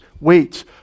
wait